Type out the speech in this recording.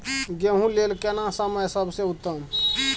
गेहूँ लेल केना समय सबसे उत्तम?